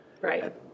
Right